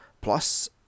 Plus